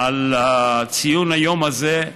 על ציון היום הזה,